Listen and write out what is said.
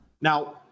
now